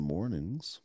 Mornings